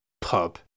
pub